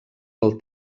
del